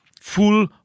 full